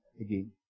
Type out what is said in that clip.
again